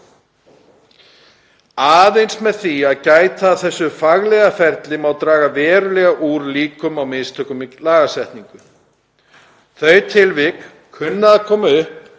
Aðeins með því að gæta að þessu faglega ferli má draga verulega úr líkum á mistökum í lagasetningu. Þau tilvik kunna að koma upp